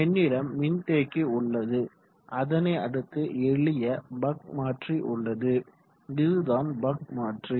என்னிடம் மின்தேக்கி உள்ளது அதனை அடுத்து எளிய பக் மாற்றி உள்ளது இதுதான் பக் மாற்றி